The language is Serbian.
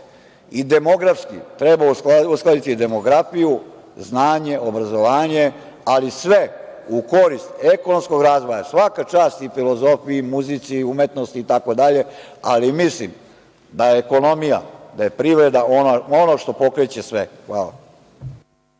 i demografski, treba uskladiti demografiju, znanje, obrazovanje, ali sve u korist ekonomskog razvoja. Svaka čast i filozofiji i muzici i umetnosti itd, ali mislim da je ekonomija, da je privreda ono što pokreće sve. Hvala.